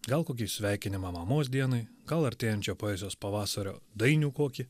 gal kokį sveikinimą mamos dienai gal artėjančio poezijos pavasario dainių kokį